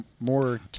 more